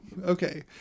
Okay